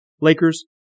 Lakers